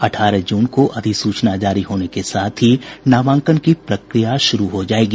अठारह जून को अधिसूचना जारी होने के साथ ही नामांकन की प्रक्रिया शुरू हो जायेगी